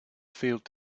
field